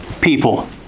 people